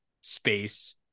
space